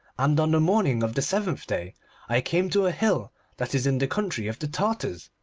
and on the morning of the seventh day i came to a hill that is in the country of the tartars.